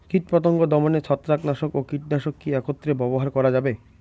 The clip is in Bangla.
কীটপতঙ্গ দমনে ছত্রাকনাশক ও কীটনাশক কী একত্রে ব্যবহার করা যাবে?